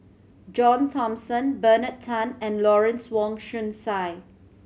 John Thomson Bernard Tan and Lawrence Wong Shyun Tsai